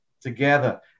together